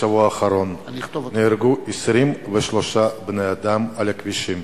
בשבוע האחרון נהרגו 23 בני אדם על הכבישים.